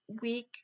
week